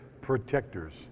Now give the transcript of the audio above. protectors